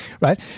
right